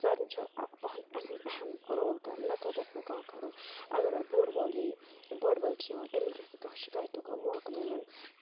سارنٕے چھُ پَہَن اہم اہم رول کَرُن نَقل گژھِ نہٕ کانٛہہ کَرُن اَگر اَگر بوڈٕ وول یِیہِ بوڈٕ وول چھُ یِوان تٔمِس گژھِ نہٕ کانٛہہ شِکایتُک موقعہٕ مِلُن